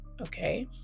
Okay